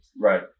Right